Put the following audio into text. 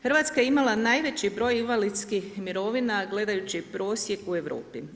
Hrvatska je imala najveći broj invalidskih mirovina gledajući prosjek u Europi.